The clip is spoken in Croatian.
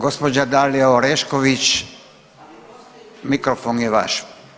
Gospođa Dalija Orešković mikrofon je vaš.